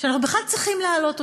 שאנחנו בכלל צריכים להעלות אותם.